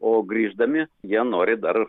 o grįždami jie nori dar